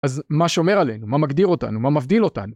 אז מה שומר עלינו, מה מגדיר אותנו, מה מבדיל אותנו?